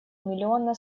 миллиона